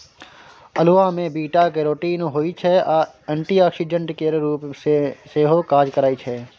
अल्हुआ मे beta carotene होइ छै आ एंटीआक्सीडेंट केर रुप मे सेहो काज करय छै